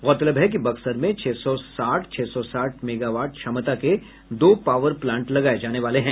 गौरतलब है कि बक्सर में छह सौ साठ छह सौ साठ मेगावाट क्षमता के दो पावर प्लांट लगाये जाने वाले हैं